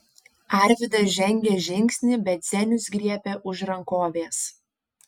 arvydas žengė žingsnį bet zenius griebė už rankovės